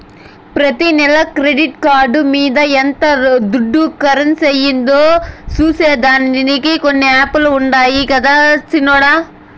ప్రతి నెల credit card మింద ఎంత దుడ్డు కర్సయిందో సూసే దానికి కొన్ని యాపులుండాయి గదరా సిన్నోడ